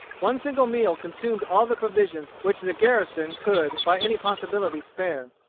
one single meal consumed all the provisions which the garrison could by any possibility spare.